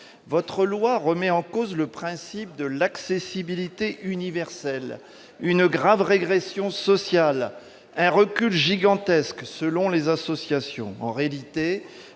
texte remet en cause le principe de l'accessibilité universelle :« une grave régression sociale »,« un recul gigantesque », selon les associations. En réalité,